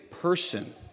person